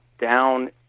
down